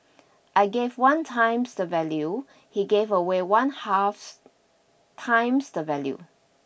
I gave one times the value he gave away one half times the value